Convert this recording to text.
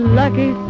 lucky